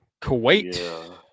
Kuwait